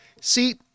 See